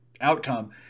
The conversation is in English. outcome